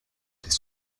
des